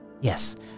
Yes